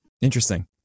Interesting